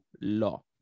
law